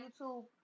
youtube